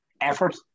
effort